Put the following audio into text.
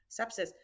sepsis